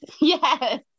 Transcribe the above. Yes